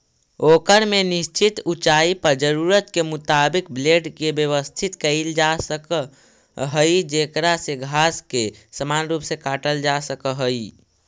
ओकर में निश्चित ऊँचाई पर जरूरत के मुताबिक ब्लेड के व्यवस्थित कईल जासक हई जेकरा से घास के समान रूप से काटल जा सक हई